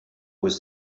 with